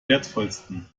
wertvollsten